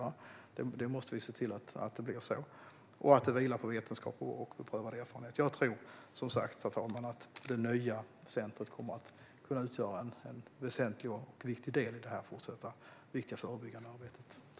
Vi måste se till att det blir så och att arbetet vilar på vetenskap och beprövad erfarenhet. Jag tror som sagt, herr talman, att det nya centret kommer att kunna utgöra en väsentlig och viktig del i det fortsatta viktiga förebyggande arbetet.